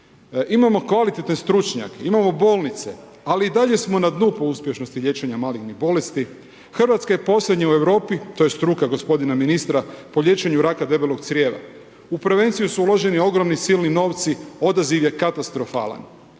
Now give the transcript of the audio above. Imamo kvalitetne stručnjake, imamo bolnice, ali i dalje smo po dnu po uspješnosti liječenja malignih bolesti. Hrvatska je posljednja u Europi, to je struka gospodina ministra, po liječenju raka debelog crijeva. U prevenciju su uloženi ogromni silni novci, odaziv je katastrofalan.